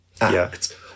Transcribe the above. act